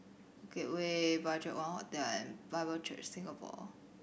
Bukit Way BudgetOne Hotel and Bible Church Singapore